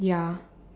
ya